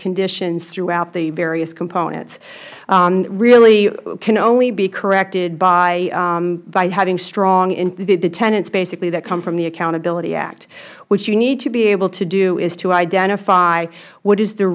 conditions throughout the various components really can only be corrected by having strongh the tenets basically that come from the accountability act what you need to be able to do is to identify what is the